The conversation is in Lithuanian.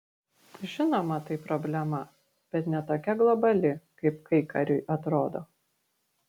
žinoma tai problema bet ne tokia globali kaip kaikariui atrodo